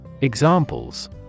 Examples